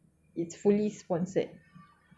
like makan and everything sponsored